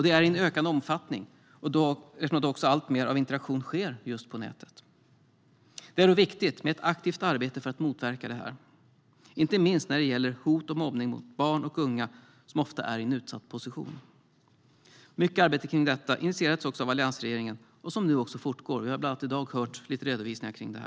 Det är i ökande omfattning då alltmer av interaktion sker på nätet. Då är det viktigt med ett aktivt arbete för att motverka detta, inte minst när det gäller hot och mobbning mot barn och unga, som ofta är i en utsatt position. Mycket arbete kring detta initierades av alliansregeringen, och det fortgår. Det har vi hört redovisas i dag.